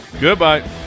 Goodbye